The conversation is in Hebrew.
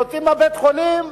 יוצאים מבית-החולים,